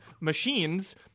machines